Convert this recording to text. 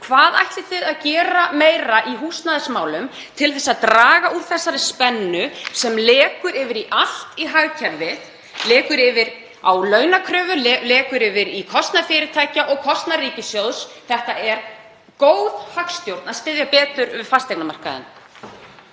Hvað ætlið þið að gera meira í húsnæðismálum til að draga úr þeirri spennu sem lekur yfir í allt hagkerfið, lekur yfir á launakröfur, lekur yfir í kostnað fyrirtækja og kostnað ríkissjóðs? Það er góð hagstjórn að styðja betur við fasteignamarkaðinn.